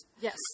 yes